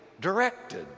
directed